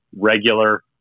regular